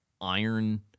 iron